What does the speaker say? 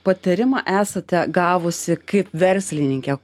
patarimą esate gavusi kaip verslininkė